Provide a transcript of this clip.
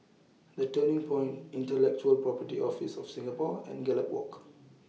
The Turning Point Intellectual Property Office of Singapore and Gallop Walk